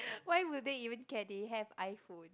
why would they even care they have iPhone